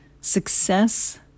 success